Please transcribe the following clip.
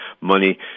money